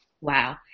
wow